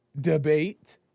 debate